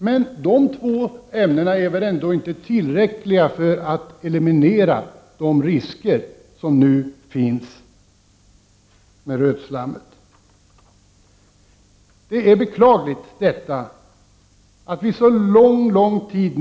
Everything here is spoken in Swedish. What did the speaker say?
Men dessa två ämnen är väl inte tillräckligt för att de risker som rötslammet innebär skall kunna elimineras?